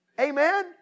Amen